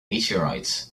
meteorites